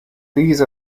these